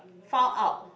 found out